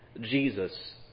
Jesus